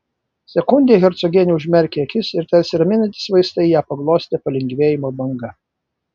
sekundei hercogienė užmerkė akis ir tarsi raminantys vaistai ją paglostė palengvėjimo banga